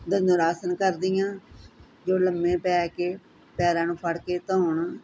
ਦੰਦਰ ਆਸਣ ਕਰਦੀ ਆਂ ਜੋ ਲੰਮੇ ਪੈ ਕੇ ਪੈਰਾਂ ਨੂੰ ਫੜ ਕੇ ਧੋਣ